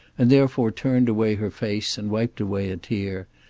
and therefore turned away her face and wiped away a tear,